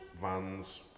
Vans